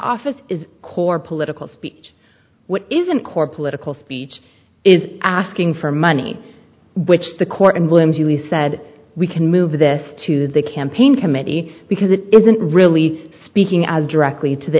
office is a core political speech what isn't core political speech is asking for money which the court and when he said we can move this to the campaign committee because it isn't really speaking as directly to the